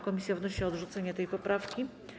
Komisja wnosi o odrzucenie tej poprawki.